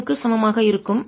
33 க்கு சமமாக இருக்கும்